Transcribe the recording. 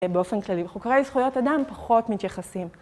באופן כללי, חוקרי זכויות אדם פחות מתייחסים.